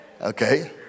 Okay